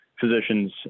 physicians